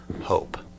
hope